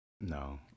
No